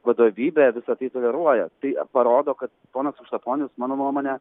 vadovybė visa tai toleruoja tai parodo kad ponas krikštaponis mano nuomone